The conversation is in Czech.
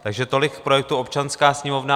Takže tolik k projektu Občanská sněmovna.